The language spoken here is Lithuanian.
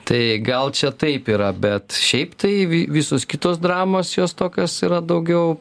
tai gal čia taip yra bet šiaip tai vi visos kitos dramos jos tokios yra daugiau